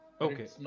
Okay